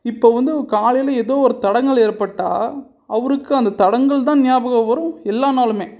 இப்போது வந்து காலையில் எதோ ஒரு தடங்கல் ஏற்பட்டால் அவருக்கு அந்த தடங்கல் தான் ஞாபகம் வரும் எல்லா நாளுமே